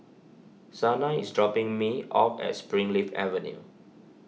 Sanai is dropping me off at Springleaf Avenue